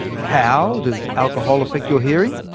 how does alcohol affect your hearing?